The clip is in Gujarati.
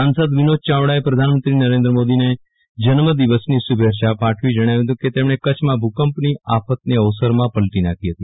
સાસંદ વિનોદ ચાવડાએ પ્રધાનમંત્રી નરેન્દ્ર મોદીને જન્મ દિવસની શુભેચ્છા પાઠવી જણાવ્યુ હતું કે તેમણે કચ્છમાં ભુકંપની આફતને અવસરમાં પલટી નાખી હતી